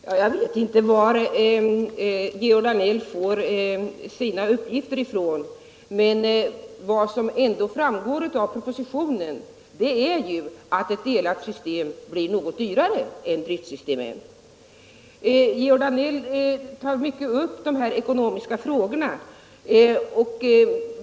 Herr talman! Jag vet inte varifrån Georg Danell får sina uppgifter, men vad som ändå framgår av propositionen är ju att ett delat system blir något dyrare än driftsystem 1. Georg Danell uppehåller sig mycket vid de ekonomiska frågorna.